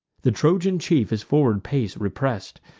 the trojan chief his forward pace repress'd,